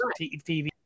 TV